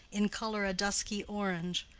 in color a dusky orange,